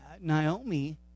Naomi